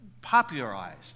popularized